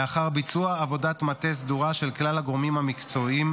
לאחר ביצוע עבודת מטה סדורה של כלל הגורמים המקצועיים,